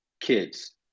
kids